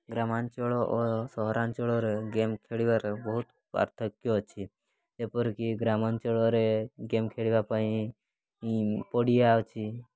ଗ୍ରାମାଞ୍ଚଳ ଓ ସହରାଞ୍ଚଳରେ ଗେମ୍ ଖେଳିବାରେ ବହୁତ ପାର୍ଥକ୍ୟ ଅଛି ଯେପରିକି ଗ୍ରାମାଞ୍ଚଳରେ ଗେମ୍ ଖେଳିବା ପାଇଁ ପଡ଼ିଆ ଅଛି